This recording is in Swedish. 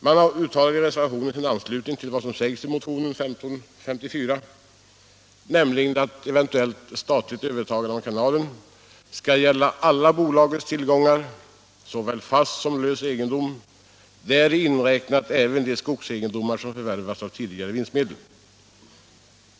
Man uttalar i reservationen sin anslutning till vad som sägs i motionen 1554, nämligen att ett eventuellt statligt övertagande av kanalen skall gälla alla bolagets tillgångar, såväl fast som lös egendom, däri inräknat även de skogsegendomar som förvärvats med tidigare vinstmedel.